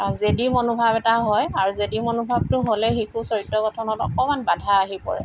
জেদী মনোভাৱ এটা হয় আৰু জেদী মনোভাৱটো হ'লে শিশু চৰিত্ৰ গঠনত অকণমান বাধা আহি পৰে